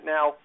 Now